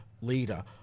leader